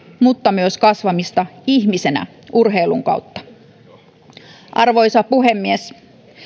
mutta myös kasvamista ihmisenä urheilun kautta arvoisa puhemies